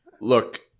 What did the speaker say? Look